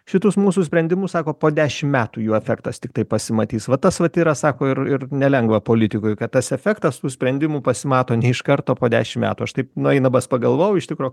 šituos mūsų sprendimus sako po dešim metų jų efektas tiktai pasimatys va tas vat yra sako ir nelengva politikoj kad tas efektas tų sprendimų pasimato ne iš karto po dešim metų aš taip nueinamas pagalvojau iš tikro